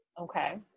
Okay